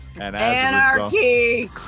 Anarchy